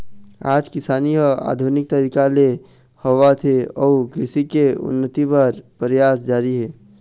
आज किसानी ह आधुनिक तरीका ले होवत हे अउ कृषि के उन्नति बर परयास जारी हे